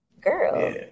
girl